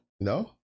No